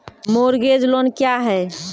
Mortgage loan क्या है?